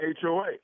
HOA